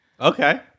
okay